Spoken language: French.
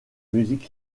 musique